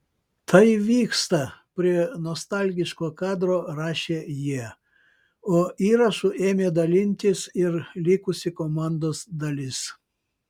tai vyksta prie nostalgiško kadro rašė jie o įrašu ėmė dalintis ir likusi komandos dalis